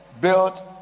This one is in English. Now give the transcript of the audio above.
built